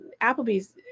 Applebee's